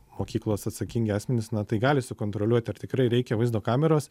mokyklos atsakingi asmenys na tai gali sukontroliuoti ar tikrai reikia vaizdo kameros